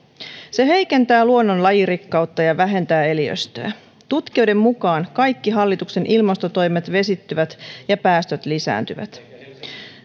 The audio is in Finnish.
se heikentää luonnon lajirikkautta ja vähentää eliöstöä tutkijoiden mukaan kaikki hallituksen ilmastotoimet vesittyvät ja päästöt lisääntyvät